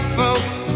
folks